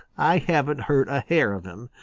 i haven't hurt a hair of him.